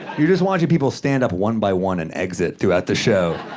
you're just watching people stand up one by one and exit throughout the show,